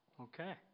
Okay